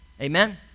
Amen